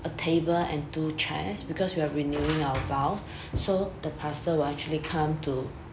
a table and two chairs because we are renewing our vows so the pastor will actually come to